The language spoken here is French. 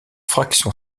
fraction